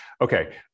okay